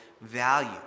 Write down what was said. value